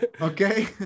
Okay